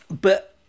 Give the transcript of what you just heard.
but-